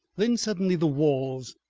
then suddenly the walls,